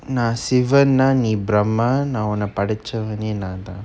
நா:na sivan னா நீ:na nee brahma நா ஒன்ன படைச்சவனே நான் தான்:na onna padaichavane naan thaan